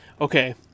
Okay